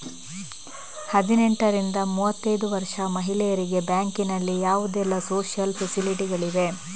ಹದಿನೆಂಟರಿಂದ ಮೂವತ್ತೈದು ವರ್ಷ ಮಹಿಳೆಯರಿಗೆ ಬ್ಯಾಂಕಿನಲ್ಲಿ ಯಾವುದೆಲ್ಲ ಸೋಶಿಯಲ್ ಫೆಸಿಲಿಟಿ ಗಳಿವೆ?